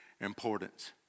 importance